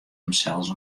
himsels